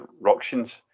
ructions